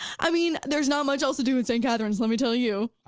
i mean, there's not much else to do in st. catherine's let me tell you.